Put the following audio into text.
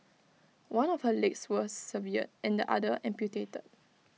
one of her legs was severed and the other amputated